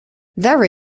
there